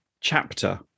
chapter